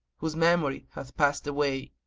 whose memory hath passed away.